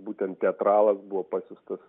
būtent teatralas buvo pasiųstas